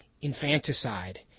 infanticide